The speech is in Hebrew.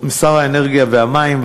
שר האנרגיה והמים,